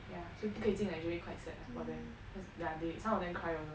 yeah so 不可以近的 actually quite sad ah for them cause yeah they some of them cry also